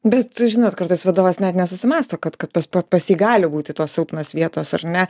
bet žinot kartais vadovas net nesusimąsto kad kad pas pat pas jį gali būti tos silpnos vietos ar ne